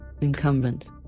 Incumbent